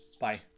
Bye